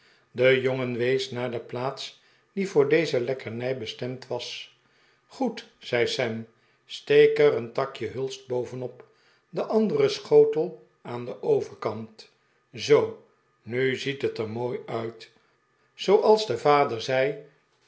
de jongen wees naar de plaats die voor deze lekkernij bestemd was goed zei sam steek er een takje hulst bovenop de andere schotel aan den overkant zoo nu ziet het er mooi uit zooals de vader zei